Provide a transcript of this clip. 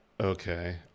Okay